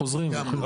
אנחנו חוזרים אחורה.